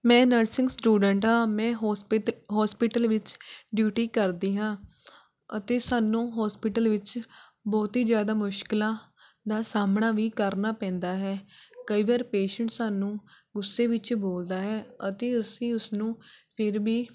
ਮੈਂ nursing student ਹਾਂ ਮੈਂ ਹੋਸਪਿਟ ਹੌਸਪੀਟਲ ਵਿੱਚ ਡਿਊਟੀ ਕਰਦੀ ਹਾਂ ਅਤੇ ਸਾਨੂੰ ਹੌਸਪੀਟਲ ਵਿੱਚ ਬਹੁਤ ਹੀ ਜ਼ਿਆਦਾ ਮੁਸ਼ਕਿਲਾਂ ਦਾ ਸਾਹਮਣਾ ਵੀ ਕਰਨਾ ਪੈਂਦਾ ਹੈ ਕਈ ਵਾਰ ਪੇਸ਼ੈਂਟ ਸਾਨੂੰ ਗੁੱਸੇ ਵਿੱਚ ਬੋਲਦਾ ਹੈ ਅਤੇ ਅਸੀਂ ਉਸ ਨੂੰ ਫਿਰ ਵੀ